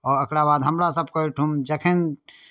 आओर एकरा बाद हमरासभके एहिठुम जखन